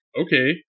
okay